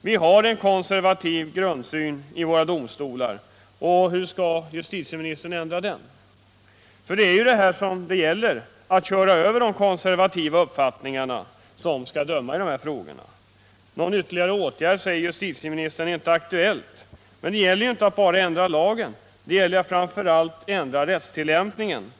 Det finns en konservativ grundsyn i våra domstolar, och hur skall justitieministern ändra den? För det är detta det gäller, att köra över de konservativa uppfattningarna hos dem som skall döma i de här frågorna. Någon ytterligare åtgärd är inte aktuell, säger justitieministern. Men det gäller inte bara att ändra lagen, utan det gäller framför allt att ändra rättstillämpningen.